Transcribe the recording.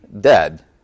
dead